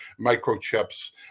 microchips